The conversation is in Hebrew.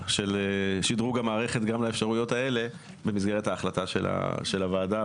שדרוג המערכת גם לאפשרויות האלה במסגרת ההחלטה של הוועדה.